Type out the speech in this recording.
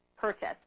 purchase